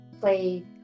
play